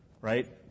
right